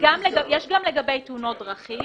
יש גם לגבי תאונות דרכים,